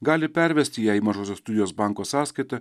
gali pervesti ją į mažosios studijos banko sąskaitą